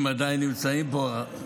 אם עדיין נמצאים פה,